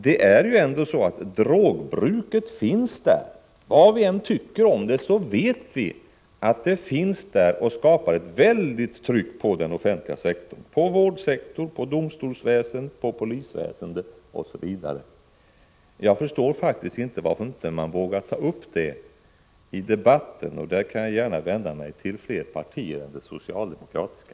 Det är ju ändå så att drogbruket finns där; vad vi än tycker om det vet vi att det finns där och skapar ett väldigt tryck på den offentliga sektorn — på vårdsektorn, på domstolsväsendet, på polisväsendet, osv. Jag förstår faktiskt inte varför man inte vågar ta upp det i debatten, och där kan jag gärna vända mig till fler partier än det socialdemokratiska.